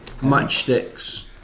Matchsticks